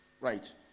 Right